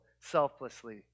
selflessly